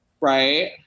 Right